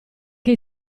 che